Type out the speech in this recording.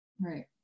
Right